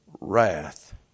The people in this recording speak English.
wrath